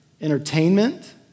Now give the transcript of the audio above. Entertainment